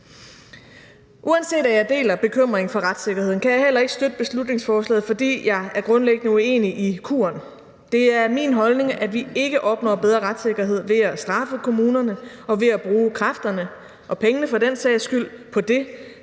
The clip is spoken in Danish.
Uanset at jeg deler bekymringen for retssikkerheden, kan jeg heller ikke støtte beslutningsforslaget, fordi jeg grundlæggende er uenig i kuren. Det er min holdning, at vi ikke opnår bedre retssikkerhed ved at straffe kommunerne og ved at bruge kræfterne, og pengene for den sags skyld, på det,